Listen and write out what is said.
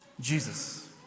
Jesus